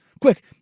quick